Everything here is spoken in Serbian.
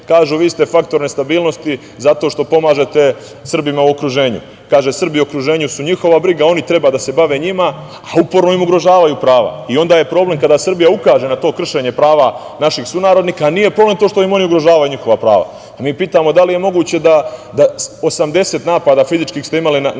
– vi ste faktor nestabilnosti zato što pomažete Srbima u okruženju. Kaže – Srbi u okruženju su njihova briga, oni treba da se bave njima, a uporno im ugrožavaju prava i onda je problem kada Srbija ukaže na to kršenje prava naših sunarodnika, ali nije problem to što im ugrožavaju njihova prava. Mi pitamo – da li je moguće da 80 fizičkih napada ste imali na